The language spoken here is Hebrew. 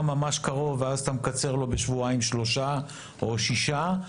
ממש קרוב ואז אתה מקצר לו בשבועיים-שלושה או שישה,